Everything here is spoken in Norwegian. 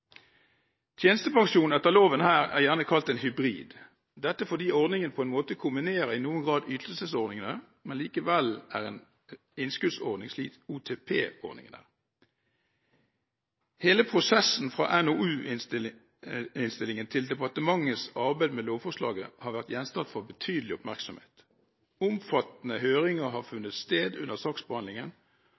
Tjenestepensjon etter loven her er gjerne kalt en hybrid. Det er fordi ordningen på en måte kombinerer i noen grad ytelsesordningen, men likevel er en innskuddsordning, slik OTP-ordningen er. Hele prosessen – fra NOU-innstillingen til departementets arbeid med lovforslaget – har vært gjenstand for betydelig oppmerksomhet. Omfattende høringer har funnet sted under